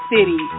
City